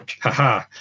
haha